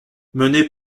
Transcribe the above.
menée